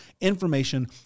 information